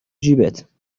جیبت